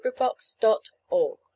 LibriVox.org